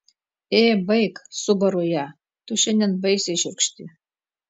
ė baik subaru ją tu šiandien baisiai šiurkšti